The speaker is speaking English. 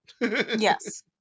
Yes